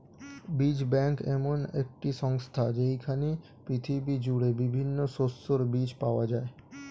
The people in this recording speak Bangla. বীজ ব্যাংক এমন একটি সংস্থা যেইখানে পৃথিবী জুড়ে বিভিন্ন শস্যের বীজ পাওয়া যায়